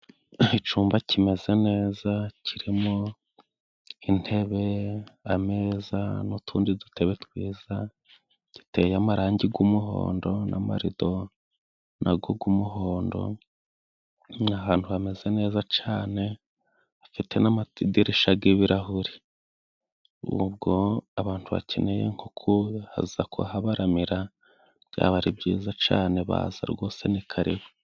Icumba kimeze neza kirimo intebe, ameza n'utundi dutebe twiza duteye amarangi g'umuhondo, n'amarido nago g'umuhondo ni ahantu hameze neza cane, hafite n'amadirisha g'ibirahuri, ubwo abantu bakeneye nko kuza kuhabaramira byaba ari byiza cane baza rwose ni karibu.